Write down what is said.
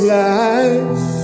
life